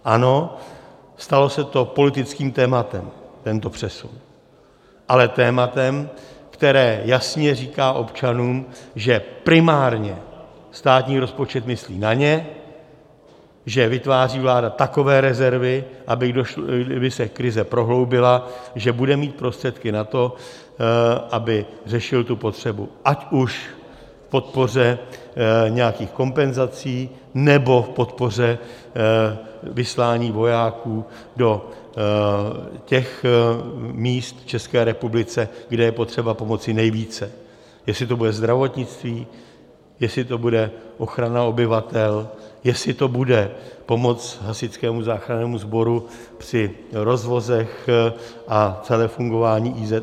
Ano, stalo se to politickým tématem, tento přesun, ale tématem, které jasně říká občanům, že primárně státní rozpočet myslí na ně, že vláda vytváří takové rezervy, kdyby se krize prohloubila, že bude mít prostředky na to, aby řešila tu potřebu ať už v podpoře nějakých kompenzací, nebo v podpoře vyslání vojáků do těch míst v České republice, kde je potřeba pomoci nejvíce, jestli to bude zdravotnictví, jestli to bude ochrana obyvatel, jestli to bude pomoc Hasičskému záchrannému sboru při rozvozech a celé fungování IZS.